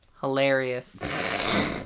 Hilarious